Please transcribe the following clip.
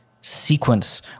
sequence